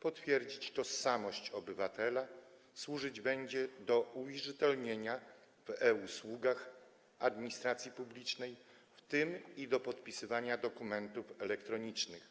potwierdzić tożsamość obywatela, służyć będzie do uwierzytelnienia w e-usługach administracji publicznej, w tym i do podpisywania dokumentów elektronicznych.